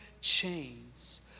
chains